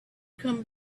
come